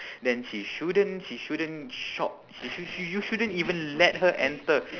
then she shouldn't she shouldn't shop she sh~ y~ you shouldn't even let her enter